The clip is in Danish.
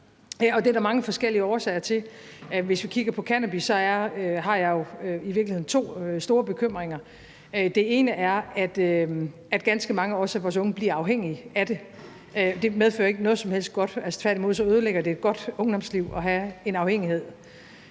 det er der mange forskellige årsager til. Hvis vi kigger på cannabis, har jeg jo i virkeligheden to store bekymringer. Den ene er, at ganske mange af vores unge også bliver afhængige af det. Det medfører ikke noget som helst godt; tværtimod ødelægger det et godt ungdomsliv at have en afhængighed.